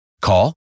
Call